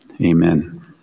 amen